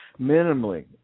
minimally